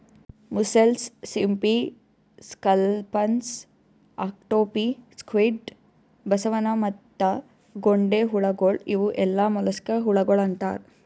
mussels, ಸಿಂಪಿ, scallops, octopi, squid, ಬಸವನ ಮತ್ತ ಗೊಂಡೆಹುಳಗೊಳ್ ಇವು ಎಲ್ಲಾ ಮೊಲಸ್ಕಾ ಹುಳಗೊಳ್ ಅಂತಾರ್